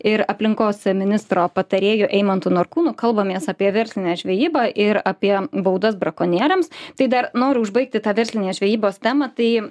ir aplinkos ministro patarėju eimantu norkūnu kalbamės apie verslinę žvejybą ir apie baudas brakonieriams tai dar noriu užbaigti tą verslinės žvejybos temą tai